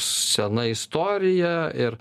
sena istorija ir